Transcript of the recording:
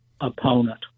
opponent